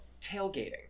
tailgating